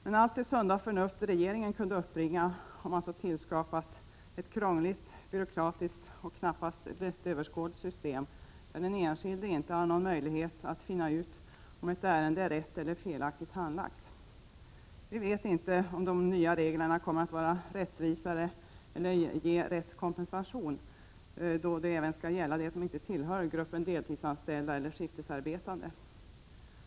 Med allt det sunda förnuft regeringen kunde uppbringa har man så tillskapat ett krångligt, byråkratiskt och knappast lättöverskådligt system, där den enskilde inte har någon möjlighet att finna ut om ett ärende är rätt eller felaktigt handlagt. Vi vet inte om de nya reglerna kommer att vara rättvisare eller ge rätt kompensation, då de även skall gälla dem som inte tillhör gruppen deltidsanställda eller skiftarbetande.